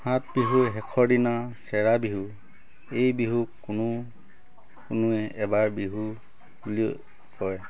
সাত বিহুৰ শেষৰ দিনা চেৰা বিহু এই বিহুক কোনো কোনোৱে এবাৰ বিহু বুলি কয়